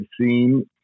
seen